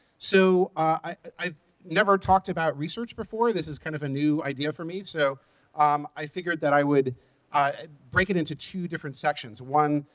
so i've never talked about research before. this is kind of a new idea for me. so um i figured that i would break it into two different sections one,